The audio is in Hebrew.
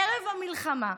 ערב המלחמה,